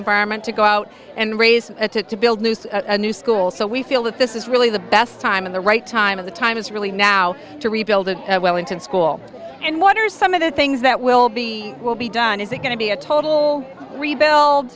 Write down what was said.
environment to go out and raise it to to build new new schools so we feel that this is really the best time in the right time of the time is really now to rebuild it at wellington school and what are some of the things that will be will be done is it going to be a total rebuild